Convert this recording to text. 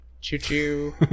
Choo-choo